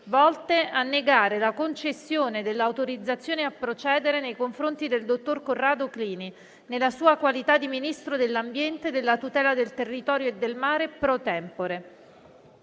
volte a negare la concessione dell'autorizzazione a procedere nei confronti del dottor Corrado Clini, nella sua qualità di Ministro dell'ambiente, della tutela del territorio e del mare *pro tempore*.